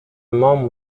مام